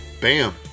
bam